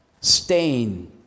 stain